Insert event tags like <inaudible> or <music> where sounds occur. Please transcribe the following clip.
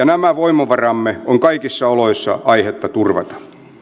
<unintelligible> nämä voimavaramme on kaikissa oloissa aihetta turvata